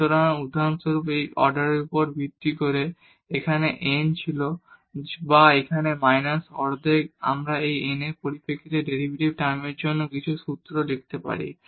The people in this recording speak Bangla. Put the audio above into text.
সুতরাং উদাহরণস্বরূপ এই অর্ডারের উপর ভিত্তি করে এখানে n ছিল বা এখানে মাইনাস অর্ধেক আমরা এই n এর পরিপ্রেক্ষিতে ডেরিভেটিভ টার্মের জন্য কিছু সূত্র রাখতে পারি